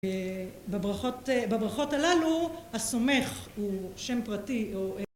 בברכות הללו, הסומך הוא שם פרטי